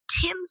Tim's